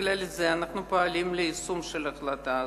ובגלל זה אנחנו פועלים ליישום של ההחלטה הזאת.